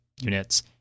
units